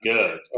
Good